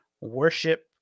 worship